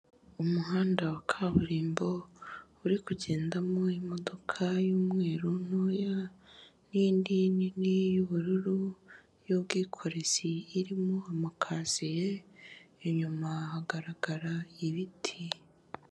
Umuhanda wa kaburimbo uri kugendamo imodoka y'umweru ntoya nindi nini y'ubururu y'ubwikorezi irimo amakaziye inyuma hagaragara ibiti.